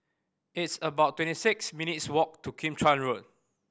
it's about twenty six minutes' walk to Kim Chuan Road